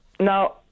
Now